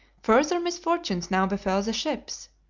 further misfortunes now befell the ships.